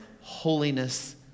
holiness